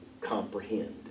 comprehend